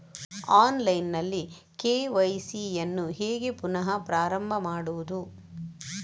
Online ನಲ್ಲಿ KYC ಯನ್ನು ಹೇಗೆ ಪುನಃ ಪ್ರಾರಂಭ ಮಾಡುವುದು?